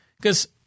Because-